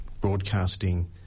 broadcasting